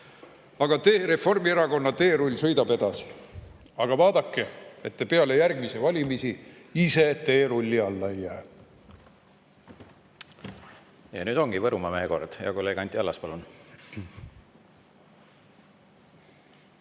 Aga Reformierakonna teerull sõidab edasi. Vaadake, et te peale järgmisi valimisi ise teerulli alla ei jää! Ja nüüd ongi Võrumaa mehe kord. Hea kolleeg Anti Allas, palun!